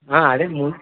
అదే ము